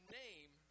name